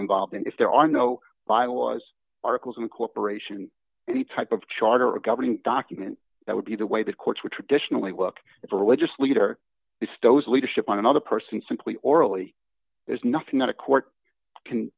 involved in if there are no bylaws articles incorporation any type of charter or governing document that would be the way the courts would traditionally look if a religious leader stows leadership on another person simply orally there's nothing that a court can